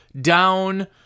down